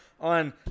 on